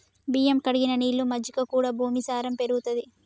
బియ్యం కడిగిన నీళ్లు, మజ్జిగ కూడా భూమి సారం పెరుగుతది